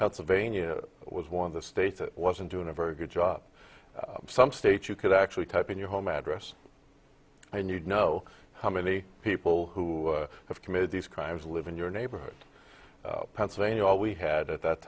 pennsylvania was one of the states that wasn't doing a very good job some states you could actually type in your home address and you know how many people who have committed these crimes live in your neighborhood pennsylvania all we had at that